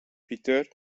peter